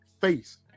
face